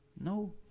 No